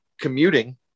commuting